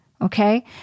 Okay